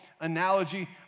analogy